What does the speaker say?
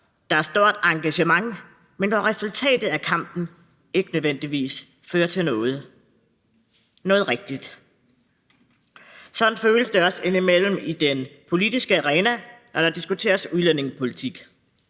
der er stort engagement, men hvor resultatet af kampen ikke nødvendigvis fører til noget; noget rigtigt. Sådan føles det også indimellem i den politiske arena, når der diskuteres udlændingepolitik.